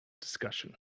discussion